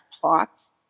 plots